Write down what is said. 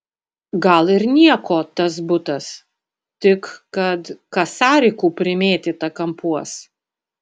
gal ir nieko tas butas tik kad kasarikų primėtyta kampuos